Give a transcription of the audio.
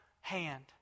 hand